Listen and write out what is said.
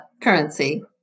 currency